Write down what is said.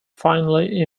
finally